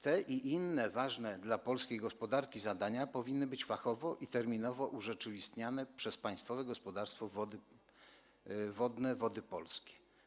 Te i inne ważne dla polskiej gospodarki zadania powinny być fachowo i terminowo urzeczywistniane przez Państwowe Gospodarstwo Wodne Wody Polskie.